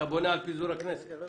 זו תקופה מאוד